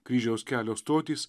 kryžiaus kelio stotys